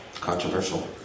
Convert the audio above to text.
Controversial